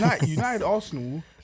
United-Arsenal